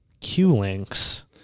Q-links